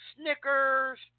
Snickers